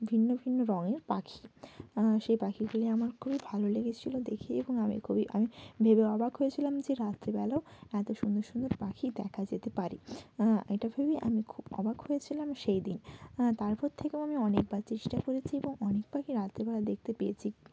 ভিন্ন ভিন্ন রংয়ের পাখি সেই পাখিগুলি আমার খুব ভালো লেগেছিলো দেখেই এবং আমি খুবই আমি ভেবে অবাক হয়েছিলাম যে রাত্রে বেলাও এত সুন্দর সুন্দর পাখি দেখা যেতে পারে এটা ভেবেই আমি খুব অবাক হয়েছিলাম সেই দিন তারপর থেকেও আমি অনেকবার চেষ্টা করেছি এবং অনেক বারই রাত্রে বেলা দেখতে পেয়েছি